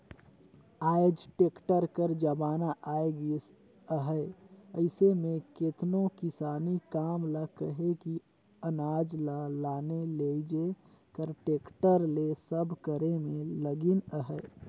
आएज टेक्टर कर जमाना आए गइस अहे अइसे में केतनो किसानी काम ल कहे कि अनाज ल लाने लेइजे कर टेक्टर ले सब करे में लगिन अहें